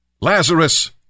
Lazarus